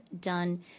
done